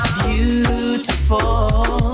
beautiful